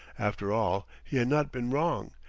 after all, he had not been wrong!